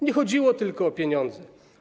Nie chodziło tylko o pieniądze.